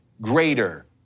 greater